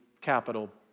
capital